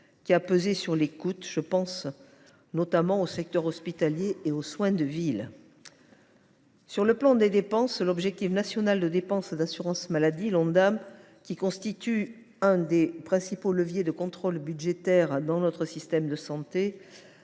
qui a pesé sur les coûts ; je pense notamment au secteur hospitalier et aux soins de ville. L’objectif national de dépenses d’assurance maladie (Ondam), qui constitue l’un des principaux leviers de contrôle budgétaire dans notre système de santé,